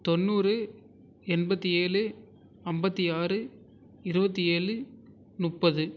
தொண்ணுாறு எண்பத்து ஏழு ஐம்பத்தி ஆறு இருபத்தி ஏழு முப்பது